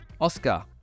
Oscar